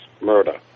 murder